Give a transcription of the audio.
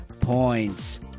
Points